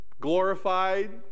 glorified